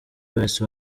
wese